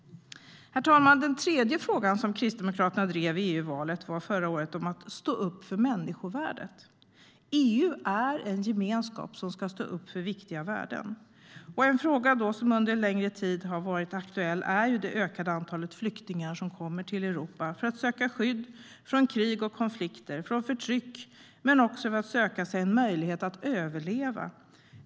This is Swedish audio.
Herr talman! Den tredje frågan som Kristdemokraterna drev i samband med EU-valet förra året handlade om att stå upp för människovärdet. EU är en gemenskap som ska stå upp för viktiga värden. En fråga som under en längre tid har varit aktuell gäller det ökade antalet flyktingar som kommer till Europa för att söka skydd från krig och konflikter och från förtryck. De kommer också för att söka sig en möjlighet att överleva.